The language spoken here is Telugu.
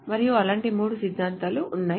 మరియు అలాంటి మూడు సిద్ధాంతాలు ఉన్నాయి